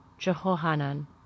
Jehohanan